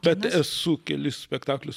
bet esu kelis spektaklius